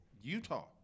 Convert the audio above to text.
Utah